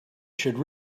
should